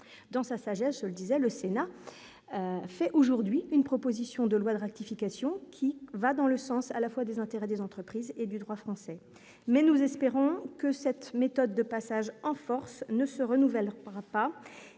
dans sa sagesse, le disait : le Sénat fait aujourd'hui une proposition de loi de ratification qui va dans le sens à la fois des intérêts des entreprises et du droit français, mais nous espérons que cette méthode de passage en force ne se renouvellera pas